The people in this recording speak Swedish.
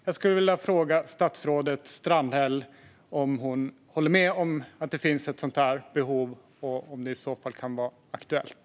Jag skulle vilja fråga statsrådet Strandhäll om hon håller med om att det finns ett sådant här behov och om detta i så fall kan vara aktuellt.